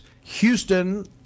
houston